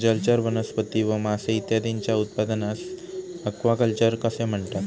जलचर वनस्पती व मासे इत्यादींच्या उत्पादनास ॲक्वाकल्चर असे म्हणतात